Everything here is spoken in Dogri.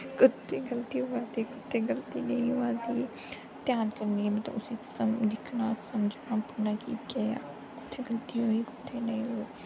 कु'त्थें गलती होऐ ते कु'त्थें गलती नेईं होऐ बाकी ध्यान कन्नै मतलब उसी दिक्खना समझना अपना कि केह् होया कि कु'त्थें गलती होई कु'त्थें नेईं होई दी